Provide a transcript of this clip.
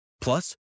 Plus